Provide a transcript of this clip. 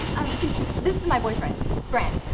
um this is my boyfriend brent,